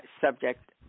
subject